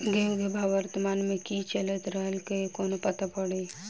गेंहूँ केँ भाव वर्तमान मे की चैल रहल छै कोना पत्ता कड़ी?